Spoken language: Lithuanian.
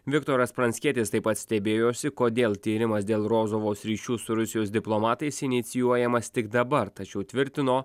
viktoras pranckietis taip pat stebėjosi kodėl tyrimas dėl rozovos ryšių su rusijos diplomatais inicijuojamas tik dabar tačiau tvirtino